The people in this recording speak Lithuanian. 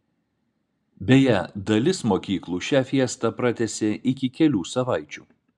beje dalis mokyklų šią fiestą pratęsė iki kelių savaičių